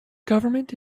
government